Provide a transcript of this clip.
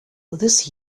this